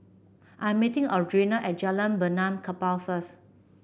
I'm meeting Audrina at Jalan Benaan Kapal first